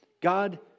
God